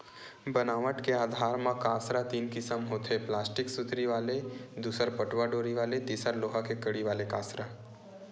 बनावट के आधार म कांसरा तीन किसम के होथे प्लास्टिक सुतरी वाले दूसर पटवा डोरी वाले तिसर लोहा के कड़ी वाले कांसरा